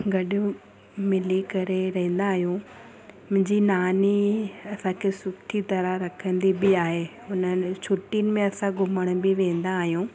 गॾु मिली करे रहंदा आहियूं मुंहिंजी नानी असांखे सुठी तरह रखंदी बि आहे हुननि छुटियुनि में असां घुमण बि वेंदा आहियूं